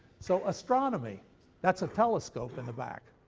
so astronomy that's a telescope in the back.